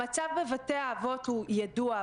המצב בבתי האבות הוא ידוע,